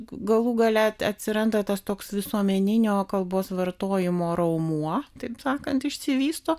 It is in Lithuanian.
galų gale atsiranda tas toks visuomeninio kalbos vartojimo raumuo taip sakant išsivysto